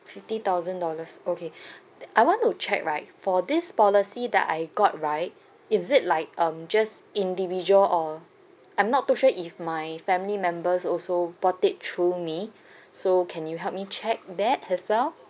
fifty thousand dollars okay I want to check right for this policy that I got right is it like um just individual or I'm not too sure if my family members also bought it through me so can you help me check that as well